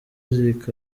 music